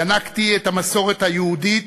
ינקתי את המסורת היהודית,